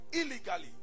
illegally